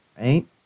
right